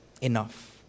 enough